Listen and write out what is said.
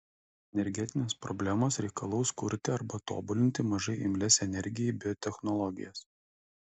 energetinės problemos reikalaus kurti arba tobulinti mažai imlias energijai biotechnologijas